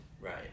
right